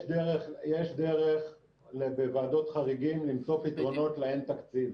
יש דרך בוועדות חריגים למצוא פתרונות לאין תקציב.